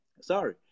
Sorry